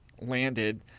landed